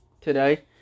today